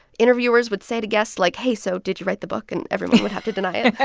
interviewers would say to guests, like, hey, so did you write the book? and everyone would have to deny